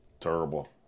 Terrible